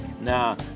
Now